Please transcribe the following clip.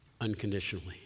unconditionally